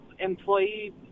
employee